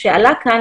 תלכו על אינסטגרם.